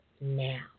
now